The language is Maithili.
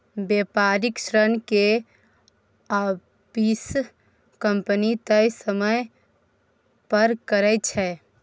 बेपारिक ऋण के आपिस कंपनी तय समय पर करै छै